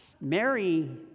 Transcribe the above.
Mary